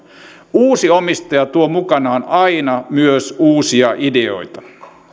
uusi omistaja tuo mukanaan aina myös uusia ideoita